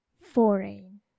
foreign